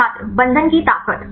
छात्र बंधन की ताकत